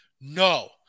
no